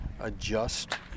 adjust